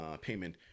payment